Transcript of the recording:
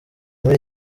muri